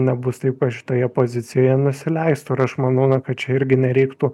nebus taip kad šitoje pozicijoje nusileistų ir aš manau na kad čia irgi nereiktų